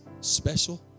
special